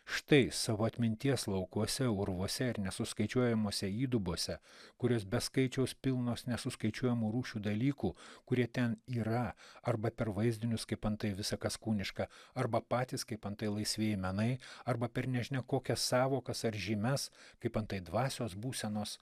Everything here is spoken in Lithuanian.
štai savo atminties laukuose urvuose ir nesuskaičiuojamuose įdubose kurios be skaičiaus pilnos nesuskaičiuojamų rūšių dalykų kurie ten yra arba per vaizdinius kaip antai visa kas kūniška arba patys kaip antai laisvieji menai arba per nežinia kokias sąvokas ar žymes kaip antai dvasios būsenos